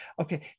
okay